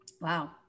Wow